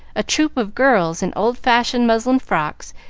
a troop of girls, in old-fashioned muslin frocks,